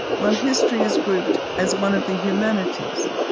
while history is grouped as one of the humanities.